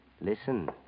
Listen